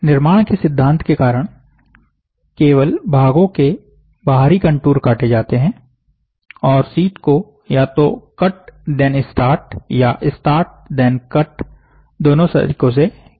निर्माण के सिद्धांत के कारण केवल भागो के बाहरी कंटूर काटे जाते हैं और शीट को या तो कट धेन स्टार्ट या स्टार्ट धेन कट दोनों तरीकों से किया जा सकता है